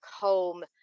home